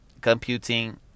Computing